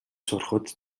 сурахад